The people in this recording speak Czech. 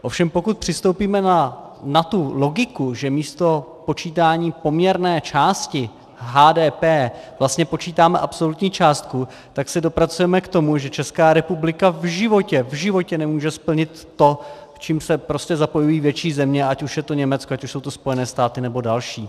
Ovšem pokud přistoupíme na tu logiku, že místo počítání poměrné části HDP vlastně počítáme absolutní částku, tak se dopracujeme k tomu, že Česká republika v životě, v životě nemůže splnit to, čím se zapojují větší země, ať už je to Německo, ať už jsou to Spojené státy nebo další.